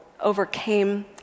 overcame